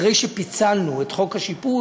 אחרי שפיצלנו את חוק השיפוי,